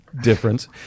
difference